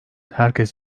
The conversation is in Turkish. herkes